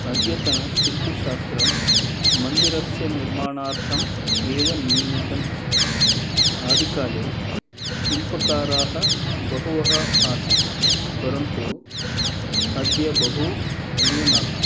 अद्यतनशिल्पशास्त्रं मन्दिरस्य निर्माणार्थम् एव नियमितम् अस्ति आदिकाले शिल्पकाराः बहवः आसन् परन्तु अद्य बहुन्यूनाः